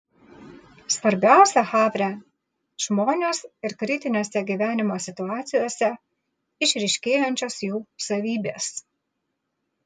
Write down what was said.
svarbiausia havre žmonės ir kritinėse gyvenimo situacijose išryškėjančios jų savybės